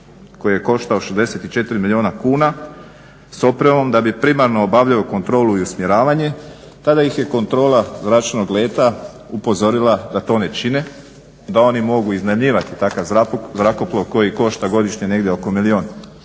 koji je koštao 64 milijuna kuna s opremom da bi primarno obavljali kontrolu i usmjeravanje tada ih je kontrola zračnog leta upozorila da to ne čine, da oni mogu iznajmljivati takav zrakoplov koji košta godišnje negdje oko milijun,